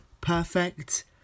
Perfect